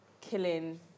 killing